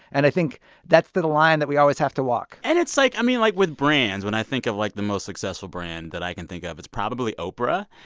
and i think that's the the line that we always have to walk and it's like, i mean, like, with brands, when i think of, like, the most successful brand that i can think of, it's probably oprah.